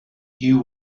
you